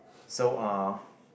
so uh